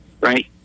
right